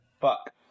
fuck